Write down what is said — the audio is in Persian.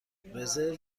رزرو